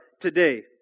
today